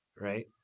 right